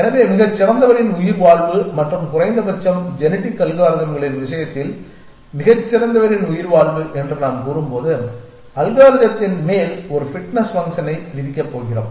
எனவே மிகச்சிறந்தவரின் உயிர்வாழ்வு மற்றும் குறைந்தபட்சம் ஜெனடிக் அல்காரித்ம்களின் விஷயத்தில் மிகச்சிறந்தவரின் உயிர்வாழ்வு என்று நாம் கூறும்போது அல்காரிதத்தின் மேல் ஒரு பிட்னெஸ் ஃபங்க்ஷனை விதிக்கப் போகிறோம்